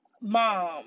mom